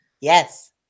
Yes